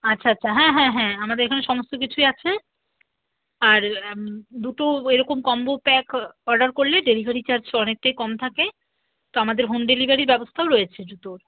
আচ্ছা আচ্ছা হ্যাঁ হ্যাঁ হ্যাঁ আমাদের এখানে সমস্ত কিছুই আছে আর দুটো এরকম কম্বো প্যাক অর্ডার করলে ডেলিভারি চার্জ অনেকটাই কম থাকে তো আমাদের হোম ডেলিভারির ব্যবস্থাও রয়েছে জুতোর